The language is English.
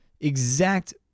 exact